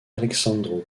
alessandro